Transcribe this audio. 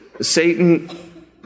Satan